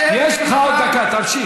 תמשיך.